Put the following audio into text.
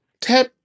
Tap